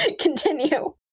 Continue